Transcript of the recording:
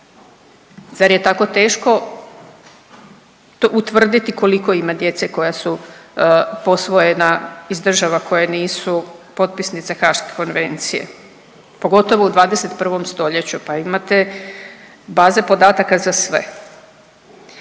Zar je tako teško utvrditi koliko ima djece koja su posvojena iz država koje nisu potpisnice Haaške konvencije pogotovo u 21 stoljeću. Pa imate baze podataka za sve.